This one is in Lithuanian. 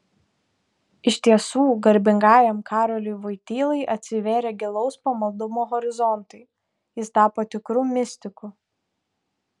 iš tiesų garbingajam karoliui vojtylai atsivėrė gilaus pamaldumo horizontai jis tapo tikru mistiku